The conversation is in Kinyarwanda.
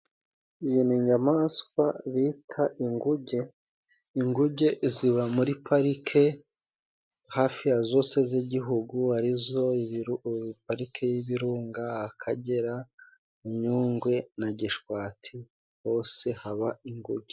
Iyi ni inyamaswa bita Ingunge, Inguge ziba muri Parike hafi ya zose z'igihugu arizo: Parike y'Ibirunga, Akagera, iya Nyungwe na Gishwati hose haba Inguge.